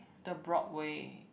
the Broadway